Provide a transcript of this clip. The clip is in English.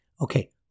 Okay